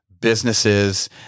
businesses